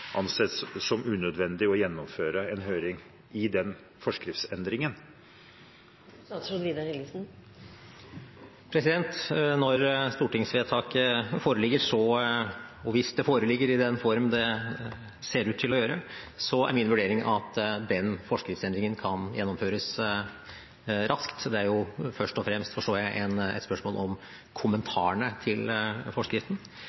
anses som unødvendig å gjennomføre en høring i den forskriftsendringen? Når stortingsvedtaket foreligger, og hvis det foreligger i den form det ser ut til å gjøre, er min vurdering at den forskriftsendringen kan gjennomføres raskt. Det er først og fremst, forstår jeg, et spørsmål om kommentarene til forskriften.